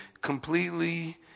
completely